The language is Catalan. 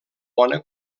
bona